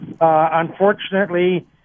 Unfortunately